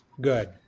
Good